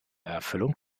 erfüllung